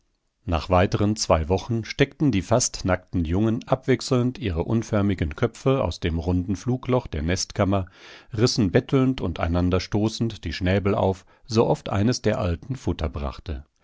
nach weiteren zwei wochen steckten die fast nackten jungen abwechselnd ihre unförmigen köpfe aus dem runden flugloch der nestkammer rissen bettelnd und einander stoßend die schnäbel auf sooft eines der alten futter brachte